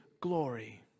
glory